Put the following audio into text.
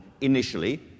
initially